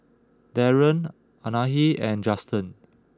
Darrien Anahi and Juston